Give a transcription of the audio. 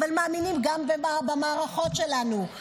אבל מאמינים גם במערכות שלנו,